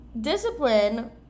discipline